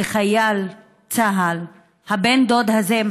לחייל צה"ל הבן דוד הזה,